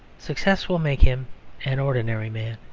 success will make him an ordinary man.